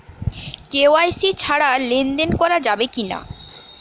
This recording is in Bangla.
কে.ওয়াই.সি ছাড়া লেনদেন করা যাবে কিনা?